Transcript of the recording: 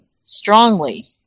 strongly